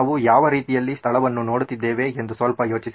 ನಾವು ಯಾವ ರೀತಿಯಲ್ಲಿ ಸ್ಥಳವನ್ನು ನೋಡುತ್ತಿದ್ದೇವೆ ಎಂದು ಸ್ವಲ್ಪ ಯೋಚಿಸಿ